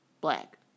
Black